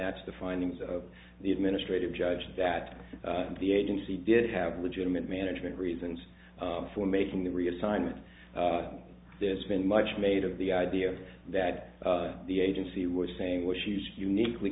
that's the findings of the administrative judge that the agency did have legitimate management reasons for making the reassignment there's been much made of the idea that the agency was saying what she's uniquely